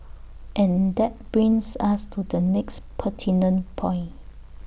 and that brings us to the next pertinent point